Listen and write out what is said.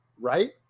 right